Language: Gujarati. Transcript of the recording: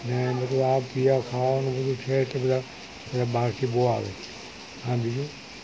અને બધુ આ પીવા ખાવાનું બધું છે એટલે બધાં એટલે બહારથી બહુ આવે હ બીજું